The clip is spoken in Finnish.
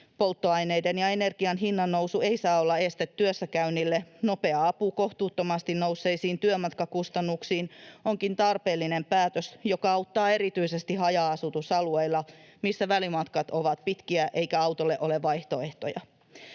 Polttoaineiden ja energian hinnannousu ei saa olla este työssäkäynnille. Nopea apu kohtuuttomasti nousseisiin työmatkakustannuksiin onkin tarpeellinen päätös, joka auttaa erityisesti haja-asutusalueilla, missä välimatkat ovat pitkiä eikä autolle ole vaihtoehtoja.